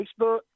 Facebook